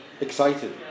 excited